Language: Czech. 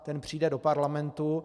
Ten přijde do parlamentu.